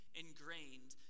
ingrained